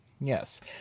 Yes